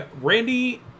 Randy